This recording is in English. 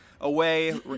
away